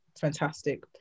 fantastic